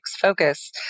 focus